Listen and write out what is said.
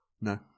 No